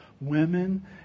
women